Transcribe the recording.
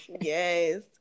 Yes